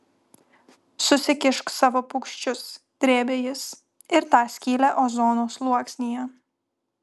susikišk savo paukščius drėbė jis ir tą skylę ozono sluoksnyje